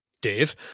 dave